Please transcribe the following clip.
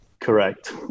correct